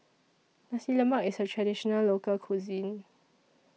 Nasi Lemak IS A Traditional Local Cuisine